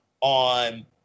on